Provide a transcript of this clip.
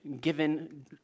given